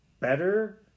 better